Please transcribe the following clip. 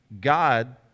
God